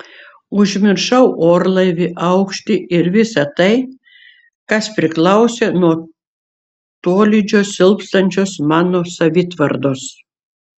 užmiršau orlaivį aukštį ir visa tai kas priklausė nuo tolydžio silpstančios mano savitvardos